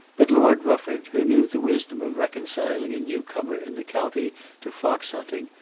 but lord rufford, who knew the wisdom of reconciling a newcomer in the county to foxhunting,